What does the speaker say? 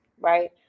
right